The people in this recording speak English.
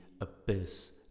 Abyss